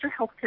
Healthcare